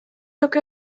look